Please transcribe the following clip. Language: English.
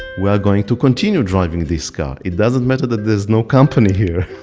we are going to continue driving this car, it doesn't matter that there's no company here,